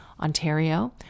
Ontario